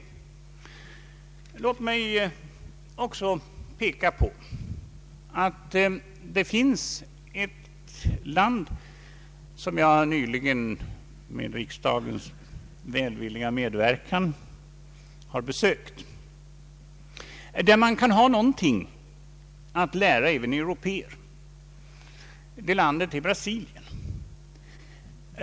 Låt mig också peka på att det finns ett land som jag nyligen med riksdagens välvilliga medverkan har besökt, där man kan ha någonting att lära även européer. Detta land är Brasilien.